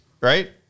right